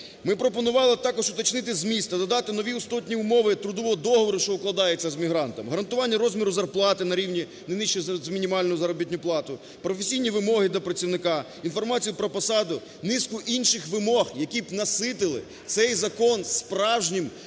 Ми пропонували також уточнити зміст та надати нові істотні умови трудового договору, що укладається з мігрантом: гарантування розміру зарплати на рівні не нижче за мінімальну заробітну плату, професійні вимоги для працівника, інформацію про посаду, низку інших вимог, які б наситили цей закон справжнім